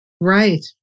Right